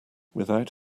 without